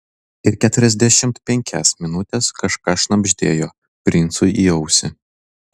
ir keturiasdešimt penkias minutes kažką šnabždėjo princui į ausį